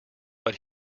but